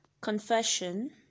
Confession